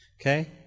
okay